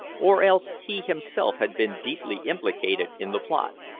or else he himself had been deeply implicated in the plot.